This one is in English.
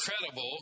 incredible